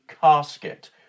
casket